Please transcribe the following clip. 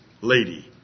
lady